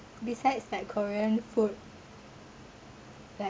besides like korean food like